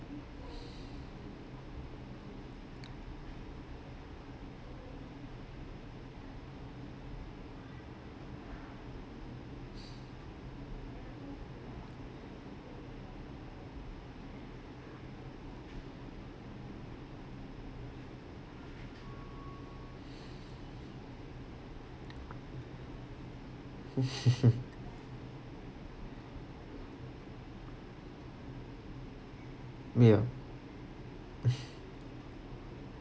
yeah